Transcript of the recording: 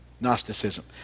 Gnosticism